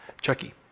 Chucky